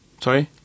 Sorry